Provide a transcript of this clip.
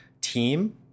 team